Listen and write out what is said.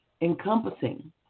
encompassing